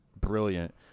brilliant